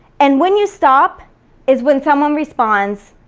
and when you stop is when someone responds,